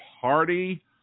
party